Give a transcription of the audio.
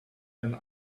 and